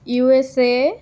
U S A